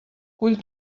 cull